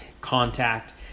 contact